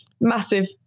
massive